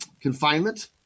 confinement